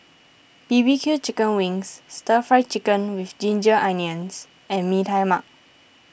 B B Q Chicken Wings Stir Fry Chicken with Ginger Onions and Mee Tai Mak